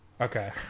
Okay